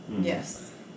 Yes